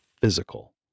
physical